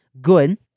good